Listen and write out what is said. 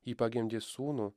ji pagimdė sūnų